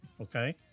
Okay